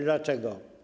Dlaczego?